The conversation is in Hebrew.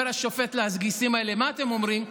אומר השופט לגיסים האלה: מה אתם אומרים?